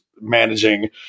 managing